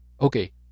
Okay